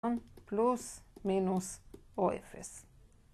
פלוס, מינוס, או, אפס.